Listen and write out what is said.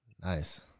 Nice